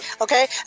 Okay